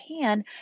pan